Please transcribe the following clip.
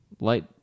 light